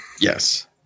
Yes